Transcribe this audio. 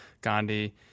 gandhi